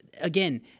again